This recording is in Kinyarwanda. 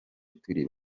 turi